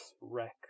wreck